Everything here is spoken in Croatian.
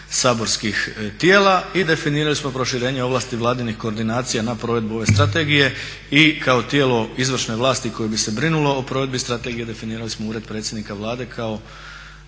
saborskih tijela i definirali smo proširenje ovlasti vladinih koordinacija na provedbu ove strategije. I kako tijelo izvršne vlasti koje bi se brinulo o provedbi strategije definirali smo ured predsjednika Vlade kao